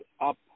up